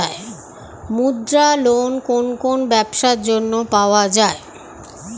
মুদ্রা লোন কোন কোন ব্যবসার জন্য পাওয়া যাবে?